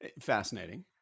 fascinating